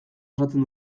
osatzen